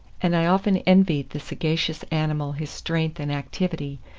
and i often envied the sagacious animal his strength and activity,